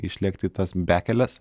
išlėkti į tas bekeles